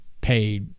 pay